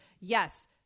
yes